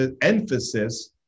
emphasis